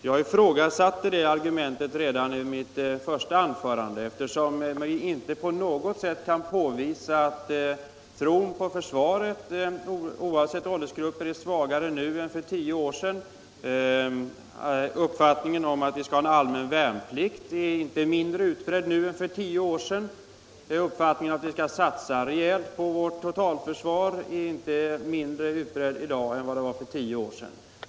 Jag ifrågasatte det argumentet redan i mitt första anförande, eftersom vi inte på något sätt kan påvisa att tron på försvaret, oavsett åldersgrupp, är svagare nu än för tio år sedan. Inte heller är uppfattningen att vi skall ha en allmän värnplikt och att vi skall satsa rejält på vårt totalförsvar mindre utbredd i dag än vad den var för tio år sedan.